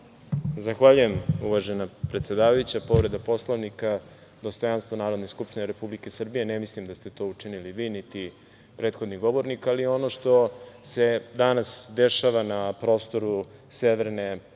Zahvaljujem predsedavajuća. Povreda Poslovnika, dostojanstvo Narodne skupštine Republike Srbije. Ne mislim da ste to učinili vi, niti prethodni govornik, ali ono što se danas dešava na prostoru severne